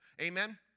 Amen